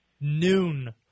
Noon